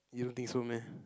you don't think so meh